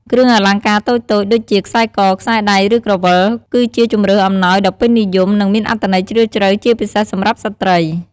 គ្រឿងអលង្ការតូចៗ ដូចជា ខ្សែក ខ្សែដៃ ឬក្រវិល គឺជាជម្រើសអំណោយដ៏ពេញនិយម និងមានអត្ថន័យជ្រាលជ្រៅ ជាពិសេសសម្រាប់ស្ត្រី។